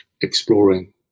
exploring